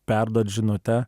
perduot žinutę